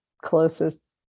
closest